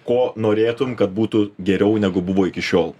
ko norėtum kad būtų geriau negu buvo iki šiol